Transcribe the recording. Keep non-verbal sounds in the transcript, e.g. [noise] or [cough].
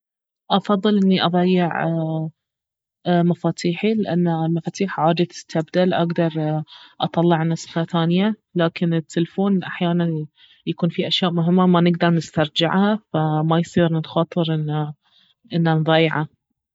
افضل اني اضيع [hesitation] مفاتيحي لانه المفاتيح عادي تستبدل اقدر اطلع نسخة ثانية لكن التلفون أحيانا يكون فيه أشياء مهمة ما نقدر نسترجعها فما يصير نخاطر انه- انه نضيعه